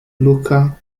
luca